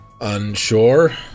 unsure